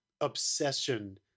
obsession